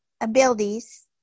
abilities